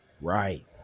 Right